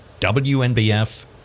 WNBF